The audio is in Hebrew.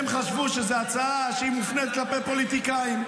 הם חשבו שזו הצעה שמופנית כלפי פוליטיקאים.